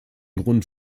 grund